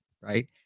right